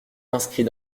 inscrit